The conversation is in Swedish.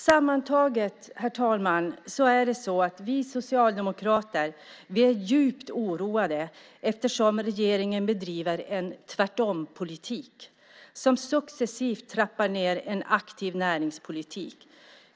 Sammantaget, herr talman, är det så att vi socialdemokrater är djupt oroade eftersom regeringen bedriver en tvärtompolitik som successivt trappar ned en aktiv näringspolitik.